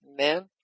Amen